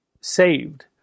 saved